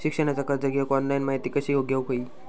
शिक्षणाचा कर्ज घेऊक ऑनलाइन माहिती कशी घेऊक हवी?